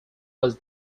was